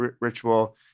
ritual